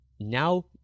now